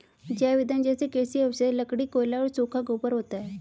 जैव ईंधन जैसे कृषि अवशेष, लकड़ी, कोयला और सूखा गोबर होता है